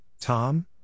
Tom